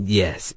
yes